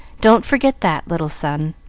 don't forget that, little son.